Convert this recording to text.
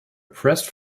pressed